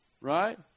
Right